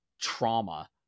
trauma